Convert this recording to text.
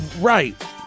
Right